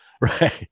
right